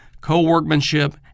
co-workmanship